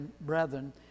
brethren